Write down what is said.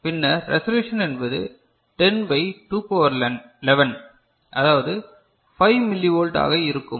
பின்னர் ரெசல்யூசன் என்பது 10 by 2 power 11 அதாவது 5 மில்லி ஓல்ட் ஆக இருக்கும்